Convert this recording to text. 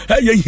Hey